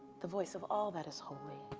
the voice of all that is holy.